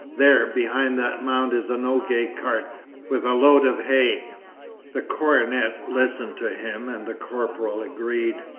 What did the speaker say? there behind that mound is a nogay cart with a load of hay the cornet listened to him and the corporal agreed.